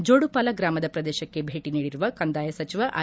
ಜೋಡುಪಾಲ ಗ್ರಾಮದ ಪ್ರದೇಶಕ್ಕೆ ಭೇಟಿ ನೀಡಿರುವ ಕಂದಾಯ ಸಚಿವ ಆರ್